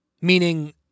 Meaning